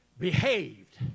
Behaved